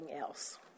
else